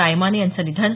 रायमाने यांचं निधन